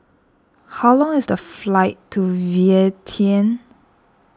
how long is the flight to Vientiane